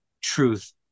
truth